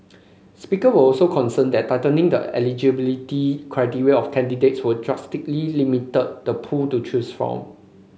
speaker were also concerned that tightening the eligibility criteria of candidates would drastically limit the pool to choose from